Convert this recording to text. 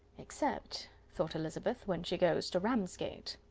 except, thought elizabeth, when she goes to ramsgate.